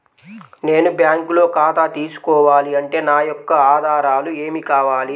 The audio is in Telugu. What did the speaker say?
నేను బ్యాంకులో ఖాతా తీసుకోవాలి అంటే నా యొక్క ఆధారాలు ఏమి కావాలి?